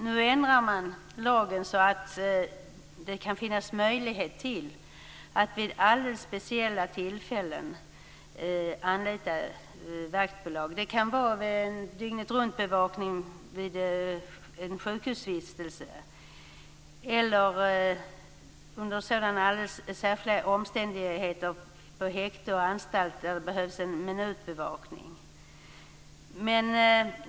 Nu ändras lagen så att det kan finnas möjlighet till att vid alldeles speciella tillfällen anlita vaktbolag. Det kan vara dygnet-runt-bevakning vid sjukhusvistelse eller om det under särskilda omständigheter på häkten och anstalter behövs en minutbevakning.